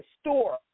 store